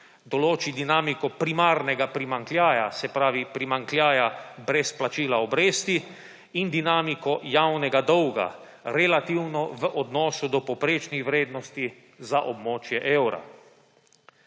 določi dinamiko primarnega primanjkljaja, se pravi, primanjkljaja brez plačila obresti, in dinamiko javnega dolga, relativno v odnosu do povprečnih vrednosti za območje evra.